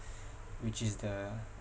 which is the